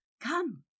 Come